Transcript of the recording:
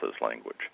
language